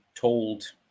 told